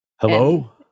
Hello